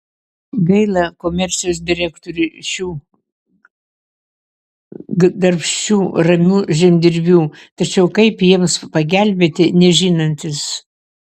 gaila komercijos direktoriui šių darbščių ramių žemdirbių tačiau kaip jiems pagelbėti nežinantis